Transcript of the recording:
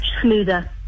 smoother